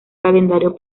calendario